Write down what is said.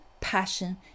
passion